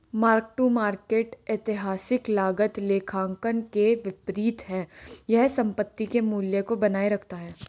mark to market ऐतिहासिक लागत लेखांकन के विपरीत है यह संपत्ति के मूल्य को बनाए रखता है